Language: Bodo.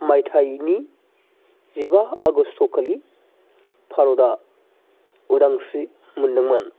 मायथाइनि जिबा आगस्त' खालि भारतआ उदांस्रि मोनदोंमोन